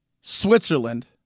switzerland